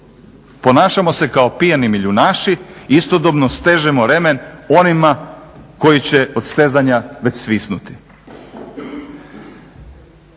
Ponašamo se kao pijani milijunaši, istodobno stežemo remen onima koji će od stezanja već svisnuti.